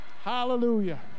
hallelujah